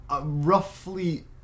roughly